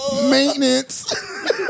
maintenance